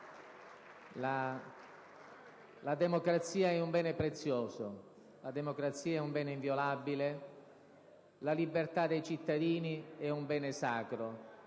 La democrazia è un bene prezioso, la democrazia è un bene inviolabile, la libertà dei cittadini è un bene sacro